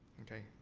okay.